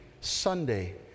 Sunday